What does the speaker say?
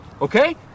okay